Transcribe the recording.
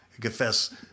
confess